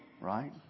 right